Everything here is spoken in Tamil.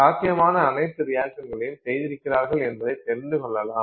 சாத்தியமான அனைத்து ரியாக்சன்களையும் செய்திருக்கிறார்கள் என்பதை தெரிந்துக்கொள்ளலாம்